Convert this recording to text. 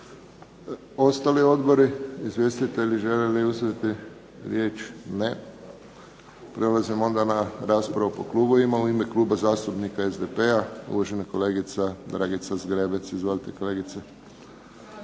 Ostali odbori, izvjestitelji, žele li uzeti riječ? Ne. Prelazimo onda na raspravu po klubovima. U ime Kluba zastupnika SDP-a, uvažena kolegica DRagica Zgrebec. Izvolite kolegice.